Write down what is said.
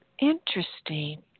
interesting